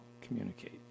communicate